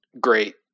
great